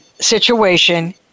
situation